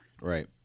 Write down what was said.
Right